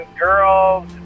girls